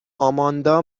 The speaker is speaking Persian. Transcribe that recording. آماندا